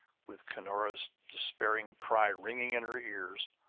with cunora's despairing cry ringing in her ears,